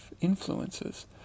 influences